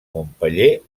montpeller